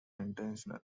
intentional